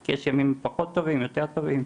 כי יש ימים פחות טובים/יותר טובים,